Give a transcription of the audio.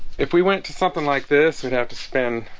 if we went to something like this, we'd have to spend a